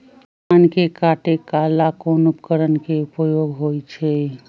धान के काटे का ला कोंन उपकरण के उपयोग होइ छइ?